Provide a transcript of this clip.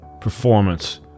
performance